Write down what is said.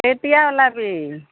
কেতিয়া ওলাবি